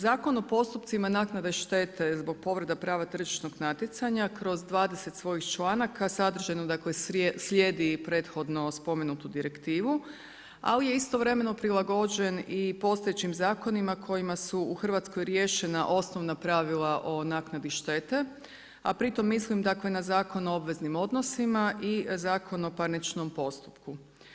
Zakon o postupcima naknade štete zbog povrede prava tržišnog natjecanja kroz 20 svojih članaka, sadržajno slijedi prethodno spomenu direktivnu, ali je istovremeno prilagođen i postojećim zakonima kojima su u Hrvatskoj riješena osnovana pravila o naknadi štete, a pritom mislim na Zakon o obveznim odnosima i Zakon o parničkom postupku.